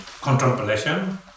contemplation